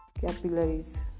capillaries